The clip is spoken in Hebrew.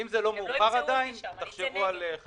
עד שהם לא יסיימו את הטיפול בבעיה.